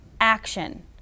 action